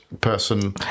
person